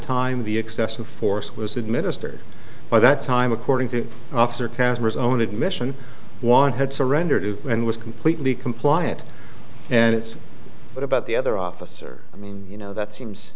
time the excessive force was administered by that time according to officer casper's own admission one had surrendered and was completely compliant and it's about the other officer i mean you know that seems